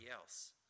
else